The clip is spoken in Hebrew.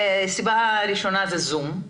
הסיבה הראשונה היא הזום,